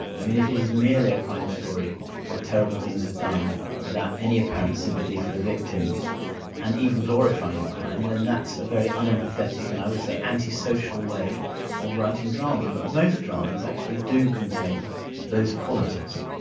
i mean, if it is merely a crime story where terrible things are done without any apparent sympathy for the victims and even glorifying the crime, then that's a very un-empathetic and i would say antisocial way of writing drama. but most dramas actually do contain those qualities.